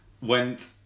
Went